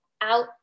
out